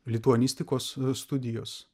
lituanistikos studijos